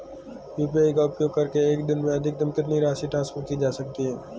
UPI का उपयोग करके एक दिन में अधिकतम कितनी राशि ट्रांसफर की जा सकती है?